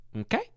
Okay